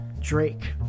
drake